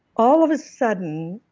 all of a sudden,